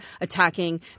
attacking